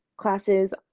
classes